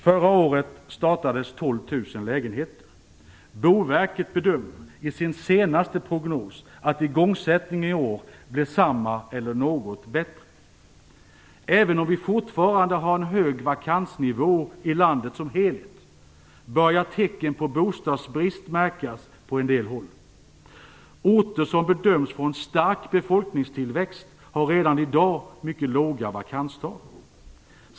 Förra året startades 12 000 lägenheter. Boverket bedömer i sin senaste prognos att igångsättningen i år blir samma eller något bättre. Även om vi fortfarande har en hög vakansnivå i landet som helhet börjar tecken på bostadsbrist märkas på en del håll. Orter som bedöms få en stark befolkningstillväxt har redan i dag mycket låga vakanstal.